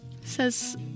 says